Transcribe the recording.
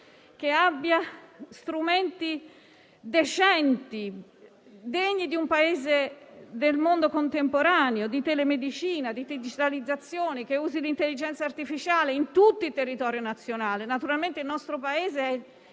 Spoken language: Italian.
che abbia strumenti decenti, degni di un Paese del mondo contemporaneo; una sanità di telemedicina, di digitalizzazione, che usi l'intelligenza artificiale in tutto il territorio nazionale. Il nostro Paese